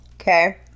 Okay